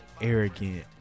arrogant